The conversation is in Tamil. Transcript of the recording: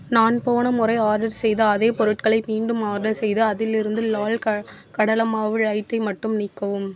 நான் போன முறை ஆர்டர் செய்த அதே பொருட்களை மீண்டும் ஆர்டர் செய்து அதிலிருந்து லால் கடலைமாவு லைட்டை மட்டும் நீக்கவும்